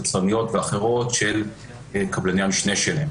יצרניות ואחרות של קבלני המשנה שלהם,